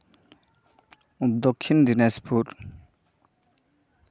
Dakshin Dinajpur